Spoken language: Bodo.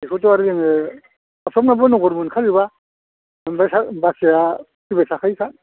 बेखौथ' आरो जोङो साफ्रामनावबो नगर मोनखा जोबा ओमफ्राय बाखिया फैबाय थाखायोखा